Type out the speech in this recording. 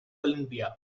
columbia